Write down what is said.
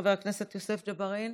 חבר הכנסת יוסף ג'בארין,